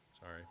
Sorry